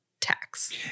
tax